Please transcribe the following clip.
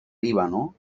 líbano